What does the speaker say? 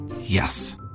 Yes